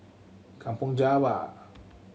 Kampong Java